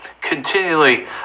continually